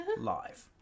live